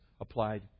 applied